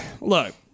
look